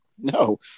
No